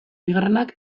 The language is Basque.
bigarrenak